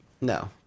No